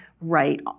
right